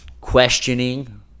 questioning